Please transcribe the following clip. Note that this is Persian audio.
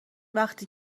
وقتی